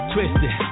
Twisted